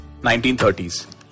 1930s